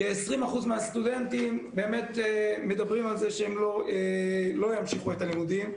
כ-20% מהסטודנטים מדברים על זה שהם לא ימשיכו את הלימודים,